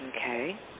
Okay